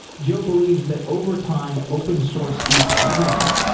joe believes that over time open source eats everything.